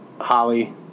Holly